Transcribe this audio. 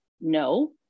No